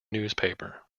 newspaper